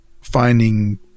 finding